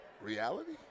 Reality